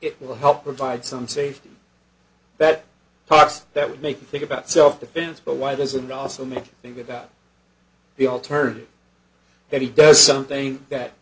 it will help provide some safety that talks that would make you think about self defense but why doesn't also make you think about the alternative that he does something that